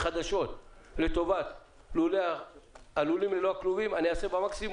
המקסימום לטובת לולים ללא כלובים במכסות החדשות.